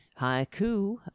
Haiku